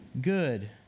good